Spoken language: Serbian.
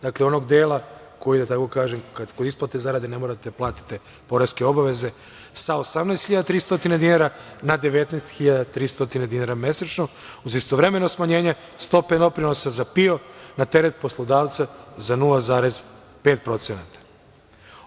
Dakle, onog dela koji je, da tako kažem, kad kod isplate zarade ne morate da platite poreske obaveze sa 18.300 dinara na 19.300 dinara mesečno, uz istovremeno smanjenje stope doprinosa za PIO na teret poslodavca za 0,5%